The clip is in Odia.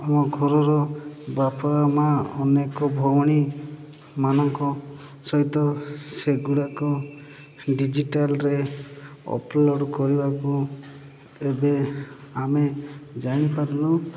ଆମ ଘରର ବାପା ମାଆ ଅନେକ ଭଉଣୀମାନଙ୍କ ସହିତ ସେଗୁଡ଼ାକ ଡିଜିଟାଲ୍ରେ ଅପଲୋଡ଼୍ କରିବାକୁ ଏବେ ଆମେ ଜାଣିପାରିଲୁ